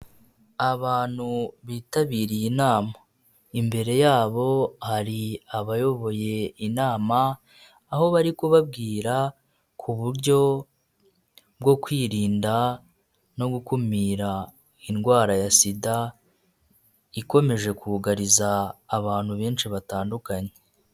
Abantu bitabiriye inama imbere yabo hari abayoboye inama aho bari kubabwira ku buryo bwo kwirinda no gukumira indwara ya sida ikomeje kugariza abantu benshi batandukanye.